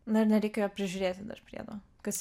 na ir nereikia jo prižiūrėti dar priedo kas